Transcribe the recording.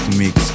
mix